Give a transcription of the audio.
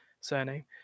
surname